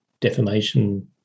defamation